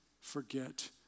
forget